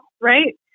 right